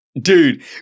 Dude